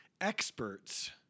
experts